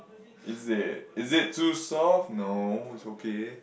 is it is it too soft no it's okay